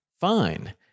fine